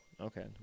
okay